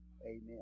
Amen